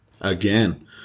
Again